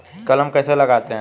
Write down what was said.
कलम कैसे लगाते हैं?